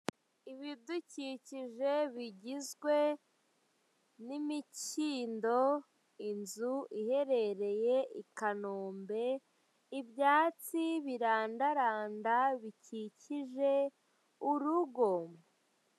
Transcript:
Inzu irimo intebe nyinshi hicayemo n'abantu ariho n'insakazamashusho yanditsemo mu magambo y'icyongereza umujyi wa Kigali.